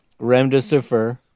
Remdesivir